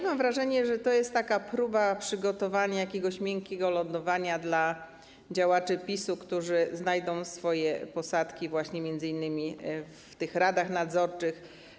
Mam wrażenie, że to jest taka próba przygotowania jakiegoś miękkiego lądowania działaczom PiS, którzy znajdą swoje posadki właśnie m.in. w tych radach nadzorczych.